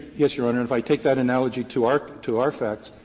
yes, your honor. and if i take that analogy to our to our facts,